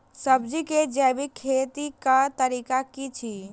सब्जी केँ जैविक खेती कऽ तरीका की अछि?